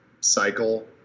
Cycle